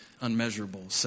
unmeasurable